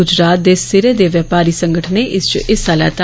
गुजरात दे सिरें दे व्यपारी संगठनें इस च हिस्सा लैता